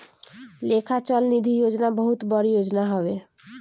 लेखा चल निधी योजना बहुत बड़ योजना हवे